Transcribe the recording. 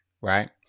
right